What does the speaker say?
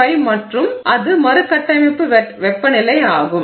5 மற்றும் அது மறுகட்டமைப்பு வெப்பநிலை ஆகும்